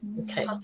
Okay